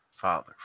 Father